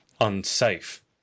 unsafe